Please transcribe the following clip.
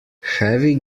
heavy